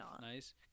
Nice